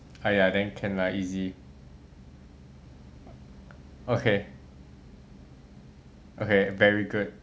!aiya! then can lah easy okay okay very good